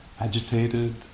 agitated